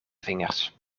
vingers